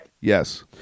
Yes